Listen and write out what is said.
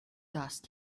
dust